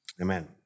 Amen